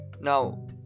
now